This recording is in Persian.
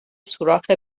سوراخ